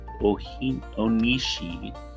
Onishi